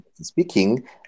speaking